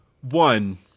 one